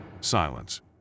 Silence